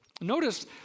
Notice